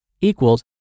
equals